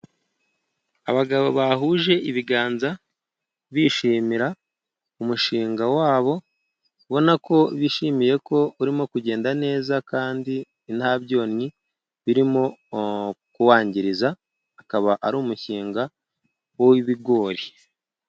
Abagabo bahuje ibiganza bishimira umushinga wabo. Ubona ko bishimiye ko urimo kugenda neza, kandi nta byonnyi birimo kuwangiriza. Akaba ari umushinga w'ibigori.